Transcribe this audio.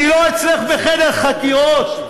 אני לא אצלך בחדר חקירות.